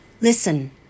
Listen